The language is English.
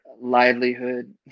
livelihood